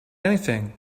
anything